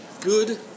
good